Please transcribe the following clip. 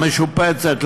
משופצת,